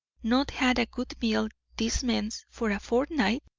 not had a good meal, these men, for a fortnight!